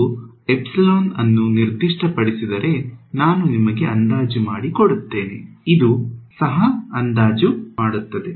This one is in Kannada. ನೀವು ಎಪ್ಸಿಲಾನ್ ಅನ್ನು ನಿರ್ದಿಷ್ಟಪಡಿಸಿದರೆ ನಾನು ನಿಮಗೆ ಅಂದಾಜು ಮಾಡಿ ಕೊಡುತ್ತೇನೆ ಅದು ಸಹ ಅಂದಾಜು ಮಾಡುತ್ತದೆ